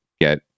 get